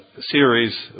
series